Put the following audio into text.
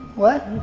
what?